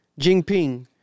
Jinping